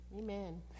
Amen